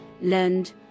learned